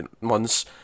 months